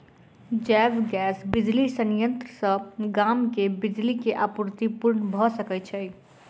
जैव गैस बिजली संयंत्र सॅ गाम मे बिजली के आपूर्ति पूर्ण भ सकैत छै